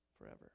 forever